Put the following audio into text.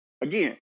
Again